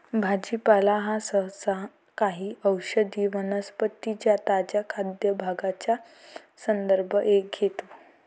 भाजीपाला हा सहसा काही औषधी वनस्पतीं च्या ताज्या खाद्य भागांचा संदर्भ घेतो